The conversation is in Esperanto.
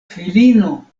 filino